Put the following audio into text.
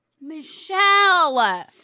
Michelle